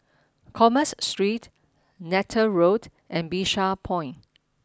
Commerce Street Neythal Road and Bishan Point